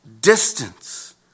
distance